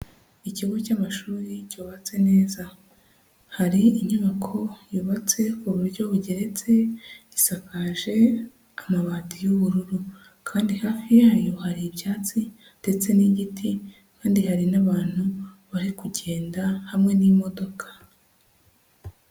Ikigo cy'amashuri cyubatse neza, hari inyubako yubatse ku buryo bugeretse isakaje amabati y'ubururu, kandi hafi yayo hari icyatsi ndetse n'igiti kandi hari n'abantu bari kugenda hamwe n'imodoka.